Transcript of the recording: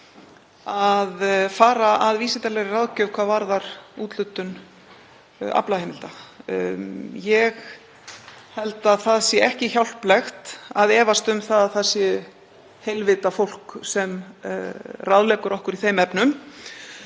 að fara að vísindalegri ráðgjöf hvað varðar úthlutun aflaheimilda. Ég held að það sé ekki hjálplegt að efast um að það sé heilvita fólk sem ráðleggur okkur í þeim efnum.